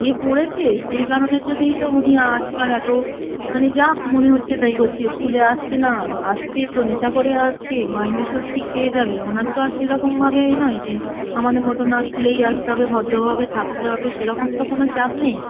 গিয়ে পড়েছে সেই কারণের জন্যেই তো উনি আজকাল এতো মানে যা মনে হচ্ছে তাই করছে স্কুলে আসছে না আসছে তো নেশা করে আসছে মাইনে তো ঠিক পেয়ে যাবে ওনার তো আর সেরকমভাবে এ নয় যে আমাদের মতো না স্কুলেই আসতে হবে ভদ্রভাবে থাকতে হবে সেরকম তো কোনো চাপ নেই